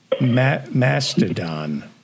Mastodon